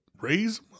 raise